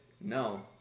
No